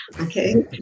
Okay